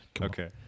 Okay